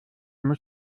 muss